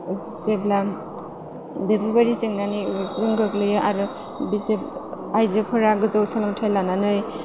जेब्ला बेफोरबायदि जेंनानि जों गोग्लैयो आरो बे आइजोफोरा गोजौ सोलोंथाइ लानानै